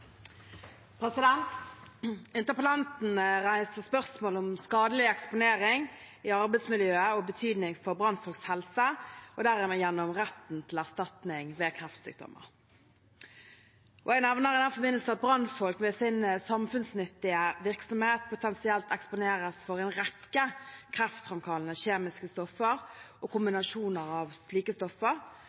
framtiden. Interpellanten reiser spørsmål om skadelig eksponering i arbeidsmiljøet og betydning for brannfolks helse og derigjennom retten til erstatning ved kreftsykdommer. Jeg nevner i den forbindelse at brannfolk ved sin samfunnsnyttige virksomhet potensielt eksponeres for en rekke kreftfremkallende kjemiske stoffer og kombinasjoner av slike stoffer.